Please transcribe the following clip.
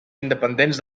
independents